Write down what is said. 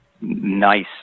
nice